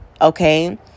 Okay